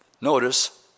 notice